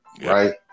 right